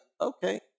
Okay